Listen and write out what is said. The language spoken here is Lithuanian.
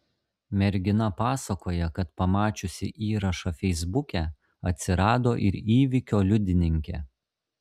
mergina pasakoja kad pamačiusi įrašą feisbuke atsirado ir įvykio liudininkė